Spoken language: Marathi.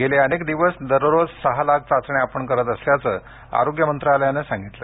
गेले अनेक दिवस दररोज सहा लाख चाचण्या आपण करत असल्याचं आरोग्य मंत्रालयानं स्पष्ट केलं